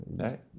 right